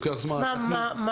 מה?